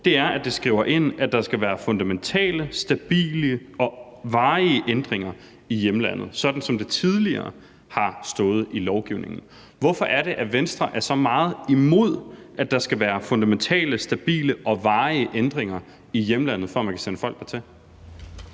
på, er, at det skrives ind, at der skal være fundamentale, stabile og varige ændringer i hjemlandet, sådan som det tidligere har stået i lovgivningen. Hvorfor er det, at Venstre er så meget imod, at der skal være fundamentale, stabile og varige ændringer i hjemlandet, for at man kan sende folk dertil?